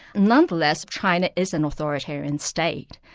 nonetheless china is an authoritarian state,